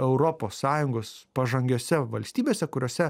europos sąjungos pažangiose valstybėse kuriose